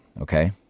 okay